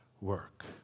work